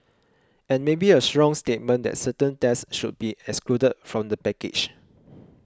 and maybe a strong statement that certain tests should be excluded from the package